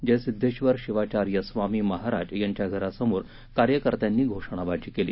जयसिध्देश्वर शिवाचार्य स्वामी महाराज यांच्या घरांसमोर कार्यकर्त्यांनी घोषणाबजी केली